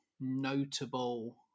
notable